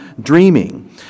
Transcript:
dreaming